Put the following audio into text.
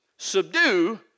Subdue